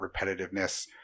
repetitiveness